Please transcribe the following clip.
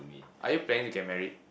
are you planning to get married